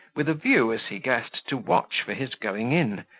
with a view, as he guessed, to watch for his going in,